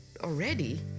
already